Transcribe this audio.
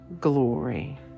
glory